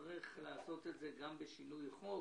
נצטרך לעשות את זה בשינוי חוק,